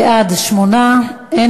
ההצעה להעביר את הנושא לוועדת העבודה,